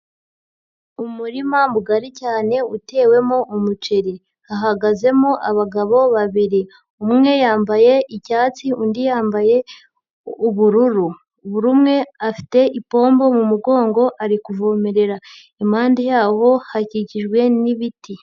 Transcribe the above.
Umurima mugari cyane utewemo umuceri, hagazemo abagabo babiri, umwe yambaye icyatsi undi yambaye ubururu, buri umwe afite ipombo mu mugongo ari kuvomerera, impande yawo hakikijwe n'ibiti.